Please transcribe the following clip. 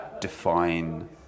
define